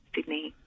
Sydney